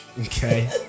Okay